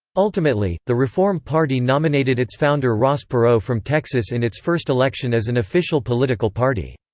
ultimately, the reform party nominated its founder ross perot from texas in its first election as an official political party.